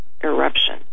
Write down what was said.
eruption